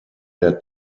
der